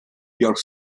york